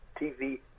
TV